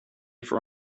for